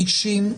אישים,